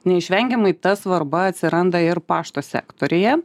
neišvengiamai ta svarba atsiranda ir pašto sektoriuje